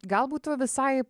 gal būtų visai